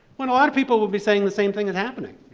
when a lotta people will be saying the same thing is happening.